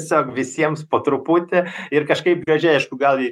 tiesiog visiems po truputį ir kažkaip gražiai aišku gal